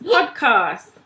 Podcast